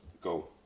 Go